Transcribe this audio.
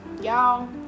Y'all